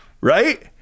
Right